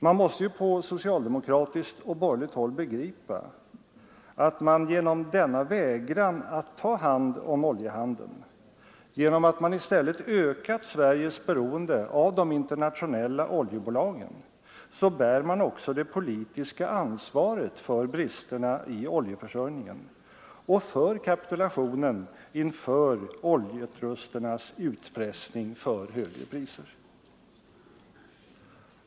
Man måste på socialdemokratiskt och borgerligt håll begripa att man genom denna vägran att ta hand om oljehandeln, genom att man i stället ökat Sveriges beroende av de internationella oljebolagen bär det politiska ansvaret för bristerna i oljeförsörjningen och för kapitulationen inför oljetrusternas utpressning för högre priser.